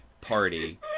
party